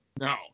No